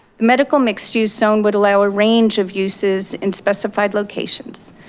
medical mixed use sound would allow a range of uses in specified locations.